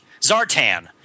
Zartan